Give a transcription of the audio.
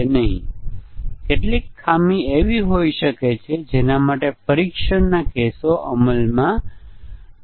એકને competent programmer hypothesis તરીકે ઓળખવામાં આવે છે અને બીજાને કપલીગ ઈફેક્ટ તરીકે ઓળખવામાં આવે છે